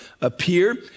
appear